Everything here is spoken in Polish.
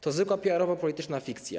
To zwykła PR-owa, polityczna fikcja.